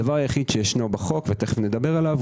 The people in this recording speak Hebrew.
הדבר היחיד שיש בחוק ותכף נדבר עליו,